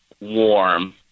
warm